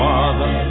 Father